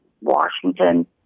Washington